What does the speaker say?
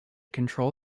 control